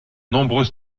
nombreux